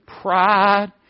Pride